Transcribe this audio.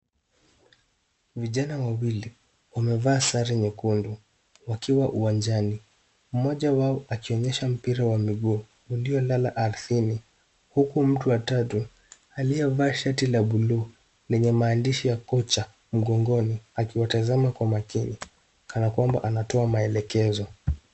Vijana wawili wamevaa sare nyekundu wakiwa uwanjani. Moja wao akionyesha mpira wa miguu uliolala ardhini huku mtu wa tatu aliyevaa shati la buluu lenye maandishi ya kocha mgongoni akiwatazama kwa makini kana kwamba anatoa maelekezo.